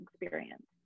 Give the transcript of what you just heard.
experience